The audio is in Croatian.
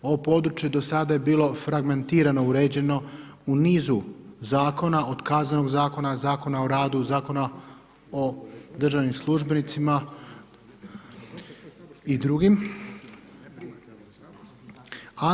Ovo područje do sada je bilo fragmentirano uređeno u nizu zakona, otkazanog zakona, Zakona o radu, Zakona o državnim službenicima i drugim.